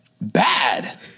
Bad